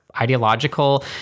ideological